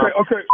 okay